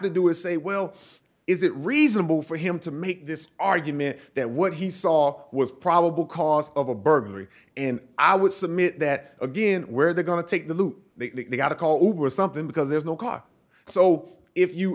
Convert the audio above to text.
to do is say well is it reasonable for him to make this argument that what he saw was probable cause of a burglary and i would submit that again where they're going to take the loot they got a call over something because there's no car so if you